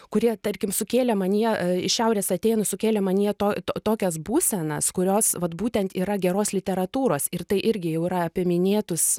kurie tarkim sukėlė manyje iš šiaurės atėnų sukėlė manyje to to tokias būsenas kurios vat būtent yra geros literatūros ir tai irgi jau yra apie minėtus